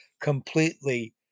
completely